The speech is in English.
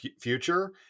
future